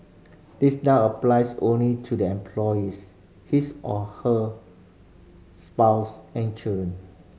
this now applies only to the employees his or her spouse and children